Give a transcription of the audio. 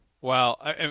Wow